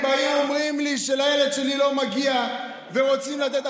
אם באים ואומרים לי שלילד שלי לא מגיע ורוצים לתת,